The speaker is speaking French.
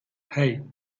hey